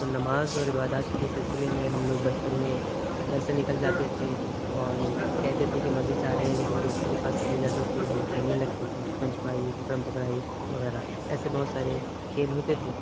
تو نماز اور عبادت کے سلسلے میں ہم لوگ بچپن میں گھر سے نکل جاتے تھے اور کہتے تھے کہ مسجد جا رہے ہیں لیکن دوستوں کے پاس چلے جاتے تھے ہم کھیلنے لگتے تھے چھپن چھپائی پکڑ پکڑائی وغیرہ ایسے بہت سارے کھیل ہوتے تھے